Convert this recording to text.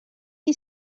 qui